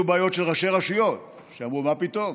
בעיות של ראשי רשויות שאמרו: מה פתאום?